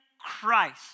Christ